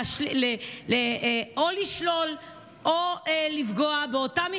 או לשלול או לפגוע באותה מכללה,